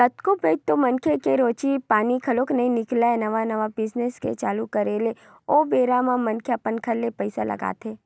कतको पइत तो मनखे के रोजी पानी घलो नइ निकलय नवा नवा बिजनेस के चालू करे ले ओ बेरा म मनखे अपन घर ले पइसा लगाथे